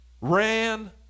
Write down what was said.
Ran